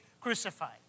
crucified